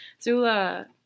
Zula